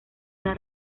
una